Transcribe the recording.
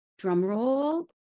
drumroll